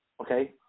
okay